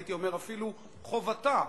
והייתי אומר אפילו חובתה,